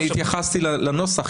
אני התייחסתי לנוסח,